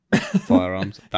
firearms